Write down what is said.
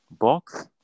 box